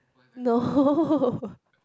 no